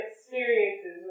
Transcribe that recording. experiences